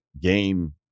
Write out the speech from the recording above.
game